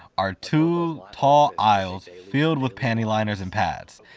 are two tall aisles filled with panty liners and pads.